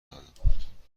دادم